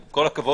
עם כל הכבוד,